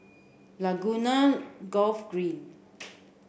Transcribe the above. Laguna Golf Green